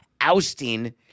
ousting